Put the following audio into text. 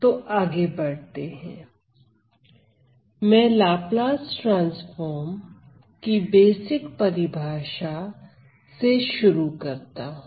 तो आगे बढ़ते हैं मैं लाप्लास ट्रांसफार्म की बेसिक परिभाषा से शुरू करता हूं